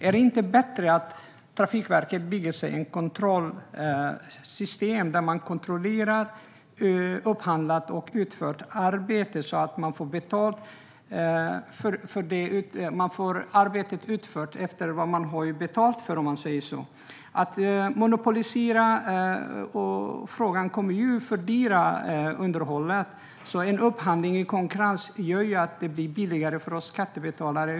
Är det inte bättre att Trafikverket bygger ett kontrollsystem där man kontrollerar upphandlat och utfört arbete så att man får arbetet utfört utifrån vad man har betalat för det? Att monopolisera fördyrar underhållet. En upphandling i konkurrens gör att det blir billigare för oss skattebetalare.